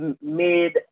made